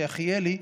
כאחי אלי,